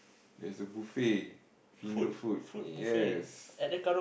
there is a buffet finger food yes